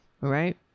right